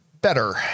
better